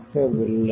நடக்கவில்லை